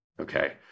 Okay